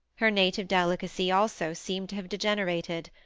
her native delicacy, also, seemed to have degenerated.